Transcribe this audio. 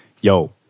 yo